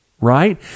right